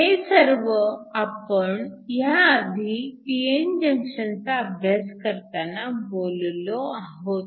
हे सर्व आपण ह्या आधी pn जंक्शनचा अभ्यास करताना बोललो आहोत